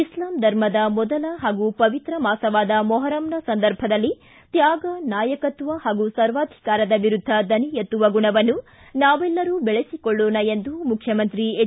ಇಸ್ಲಾಂ ಧರ್ಮದ ಮೊದಲ ಹಾಗೂ ಪವಿತ್ರ ಮಾಸವಾದ ಮೊಹರಂನ ಸಂದರ್ಭದಲ್ಲಿ ತ್ವಾಗ ನಾಯಕತ್ವ ಹಾಗೂ ಸರ್ವಾಧಿಕಾರದ ವಿರುದ್ಧ ದನಿ ಎತ್ತುವ ಗುಣವನ್ನು ನಾವೆಲ್ಲರೂ ಬೆಳೆಬಕೊಳ್ಳೋಣ ಎಂದು ಮುಖ್ಯಮಂತ್ರಿ ಹೆಚ್